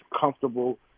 comfortable